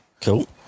Cool